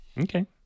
okay